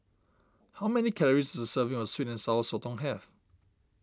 how many calories does a serving of Sweet and Sour Sotong have